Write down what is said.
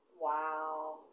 wow